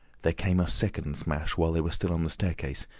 there came a second smash while they were still on the staircase.